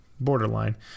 Borderline